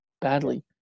badly